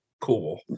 cool